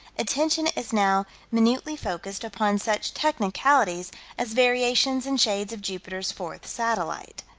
attention is now minutely focused upon such technicalities as variations in shades of jupiter's fourth satellite.